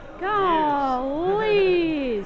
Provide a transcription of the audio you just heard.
golly